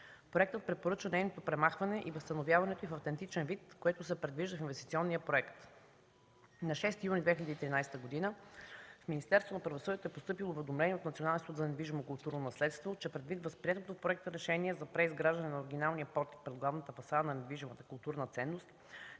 Проектът препоръчва нейното премахване и възстановяването й в автентичен вид, което се предвижда в инвестиционния проект. На 6 юни 2013 г. в Министерството на правосъдието е постъпило уведомление от Националния институт за недвижимо културно наследство, че предвид приетото в проекта решение за преизграждане на оригиналния портик пред главната фасада на недвижимата културна ценност